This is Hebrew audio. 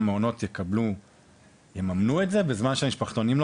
המעונות יממנו את זה בזמן שהמשפחתונים לא.